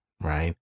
right